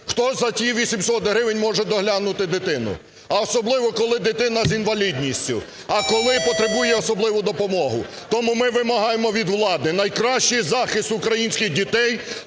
Хто за ті 800 гривень може доглянути дитину, а особливо коли дитина з інвалідністю, а коли і потребує особливу допомогу? Тому ми вимагаємо від влади: найкращий захист українських дітей